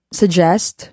suggest